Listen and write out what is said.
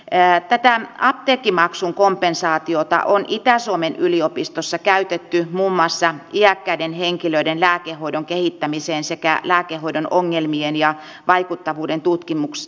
e että tämä apteekkimaksun kompensaatiota on itä suomen yliopistossa käytetty muun muassa jätteiden henkilöiden lääkehoidon kehittämiseen sekä lääkehoidon ongelmien ja vaikuttavuudentutkimuksessa